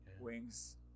Wings